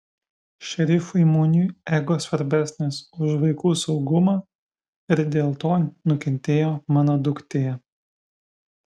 šerifui muniui ego svarbesnis už vaikų saugumą ir dėl to nukentėjo mano duktė